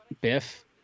Biff